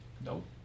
Nope